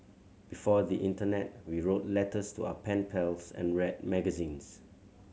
before the internet we wrote letters to our pen pals and read magazines